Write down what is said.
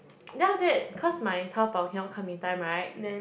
then after that cause my Taobao cannot come in time right